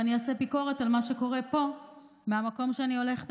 ואני אעשה ביקורת על מה שקורה פה מהמקום שאליו אני הולכת,